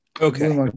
okay